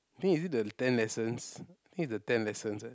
I think is it the ten lessons I think is the ten lessons eh